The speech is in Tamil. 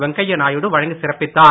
வெங்கையா நாயுடு வழங்கிச் சிறப்பித்தார்